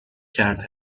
کرده